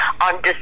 on